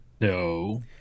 No